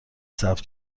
ثبت